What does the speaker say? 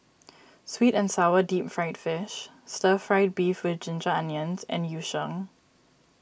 Sweet and Sour Deep Fried Fish Stir Fried Beef with Ginger Onions and Yu Sheng